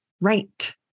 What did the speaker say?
right